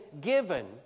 given